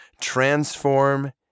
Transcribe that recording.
transform